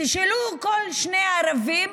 תשאלו כל שני ערבים